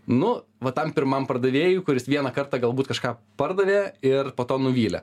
nu va tam pirmam pardavėjui kuris vieną kartą galbūt kažką pardavė ir po to nuvylė